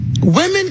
Women